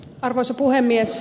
arvoisa puhemies